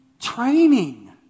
training